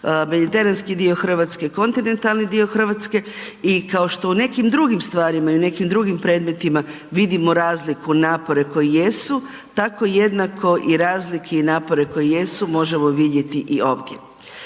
mediteranski dio Hrvatske i kontinentalni dio Hrvatske i kao što u nekim drugim stvarima i u nekim drugim predmetima vidimo razliku i napore koji jesu, tako jednako i razlike i napore koji jesu možemo vidjeti i ovdje.